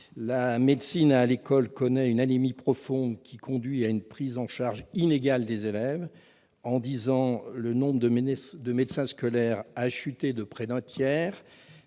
La médecine à l'école connaît une anémie profonde, qui conduit à une prise en charge inégale des élèves. En dix ans, le nombre de médecins scolaires a chuté de près d'un tiers.